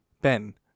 Ben